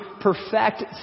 perfect